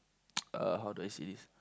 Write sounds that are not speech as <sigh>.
<noise> how do I say this